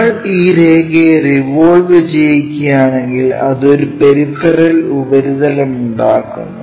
നമ്മൾ ഈ രേഖയെ റിവോൾവ് ചെയ്യിക്കുകയാണെങ്കിൽ അത് ഒരു പെരിഫറൽ ഉപരിതലമുണ്ടാക്കുന്നു